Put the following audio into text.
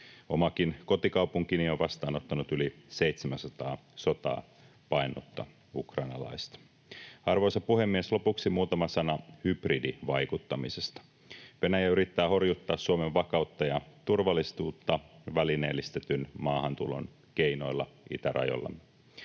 Omakin kotikaupunkini on vastaanottanut yli 700 sotaa paennutta ukrainalaista. Arvoisa puhemies! Lopuksi muutama sana hybridivaikuttamisesta. Venäjä yrittää horjuttaa Suomen vakautta ja turvallisuutta välineellistetyn maahantulon keinoilla itärajallamme.